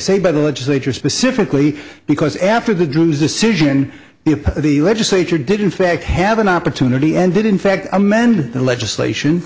say by the legislature specifically because after the groom's decision the legislature did in fact have an opportunity and did in fact amend the legislation